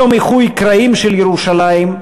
יום איחוי הקרעים של ירושלים,